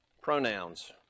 pronouns